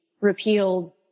repealed